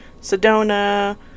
Sedona